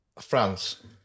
France